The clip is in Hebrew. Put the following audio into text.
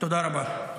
תודה רבה.